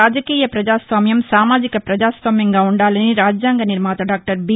రాజకీయ పజాస్వామ్యం సామాజిక ప్రజాస్వామ్యంగా ఉండాలని రాజ్యాంగ నిర్మాత డాక్టర్ బి